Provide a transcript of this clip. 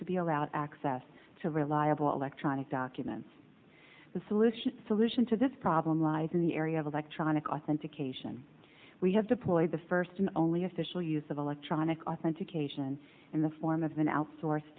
to be allowed access to reliable electronic documents the solution solution to this problem lies in the area of electronic authentication we have deployed the first and only official use of electronic authentication in the form of an outsource